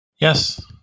Yes